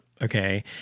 Okay